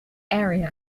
area